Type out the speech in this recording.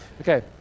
Okay